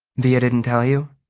via didn't tell you?